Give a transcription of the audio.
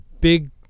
big